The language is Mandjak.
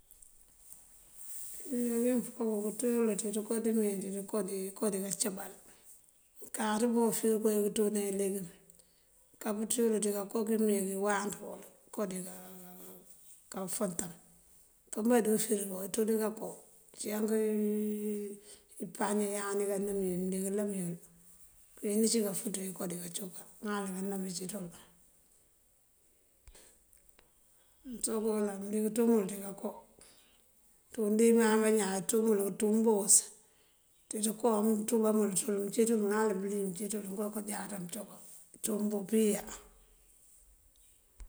Ileegum il fo këënţuyiyël ţëkoo ţíimee ţooko dí káancíbal, mëënkáaţ ba ufëërigo pínkëënţúune ileegum mëënkáapëënţúyil ţí ţënko ţímeenţí ţooko awáan, iyooko dinkáa fëëntëm. Ipëëmba dí ufëërigo, këënţú dí káanko uncíyank ipañee iyandí káanëëm yi nëëngilëëm yël. Uncí incí káafuuţa yookáari káancoká ŋal káanëëm incíinţël. Mëësobela nëëŋ ngëëţúungul dí káancoká. Ti undiman bañaan, ţúungul ţú mbos, dí ţënko mëënţúumba mëëncíinţël ŋal pëlí, mëëncítël mookáa jáaţ mëëncoká ţum dípiya.